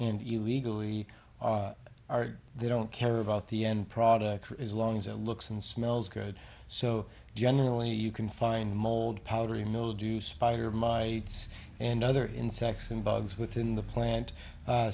you legally are they don't care about the end product as long as it looks and smells good so generally you can find mold powdery mildew spider my and other insects and bugs within the plant